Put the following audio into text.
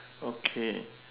okay